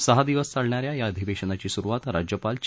सहा दिवस चालणा या या अधिवेशनाची सुरुवात राज्यपाल चे